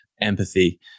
empathy